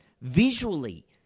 visually